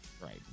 Right